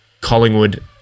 Collingwood